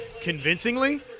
convincingly